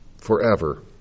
forever